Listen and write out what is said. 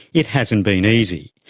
it hasn't been easy.